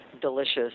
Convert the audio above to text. delicious